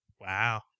Wow